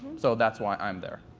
so that's why i'm there.